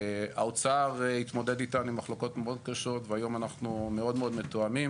האוצר התמודד איתנו עם מחלוקות מאוד קשות והיום אנחנו מאוד מתואמים.